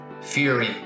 Fury